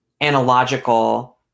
analogical